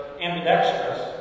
ambidextrous